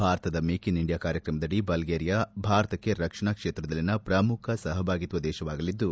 ಭಾರತದ make in India ಕಾರ್ಯಕ್ರಮದಡಿ Bulgaria ಭಾರತಕ್ಕೆ ರಕ್ಷಣಾ ಕ್ಷೇತ್ರದಲ್ಲಿನ ಪ್ರಮುಖ ಸಹಭಾಗಿತ್ವ ದೇಶವಾಗಲಿದ್ದು